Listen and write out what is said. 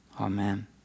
Amen